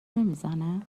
نمیزنه